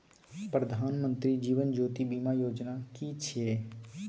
प्रधानमंत्री जीवन ज्योति बीमा योजना कि छिए?